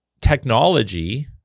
technology